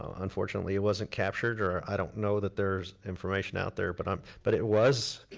um unfortunately it wasn't captured, or i don't know that there's information out there, but um but it was,